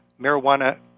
Marijuana